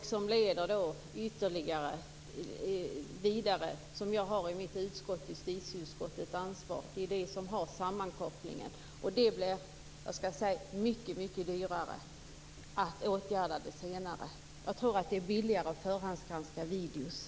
Det blir vidare konsekvenser, och de frågorna får justitieutskottet sedan ta ansvar för. Det blir mycket dyrare med dessa senare åtgärder. Det blir billigare att förhandsgranska videogram.